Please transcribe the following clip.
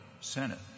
Senate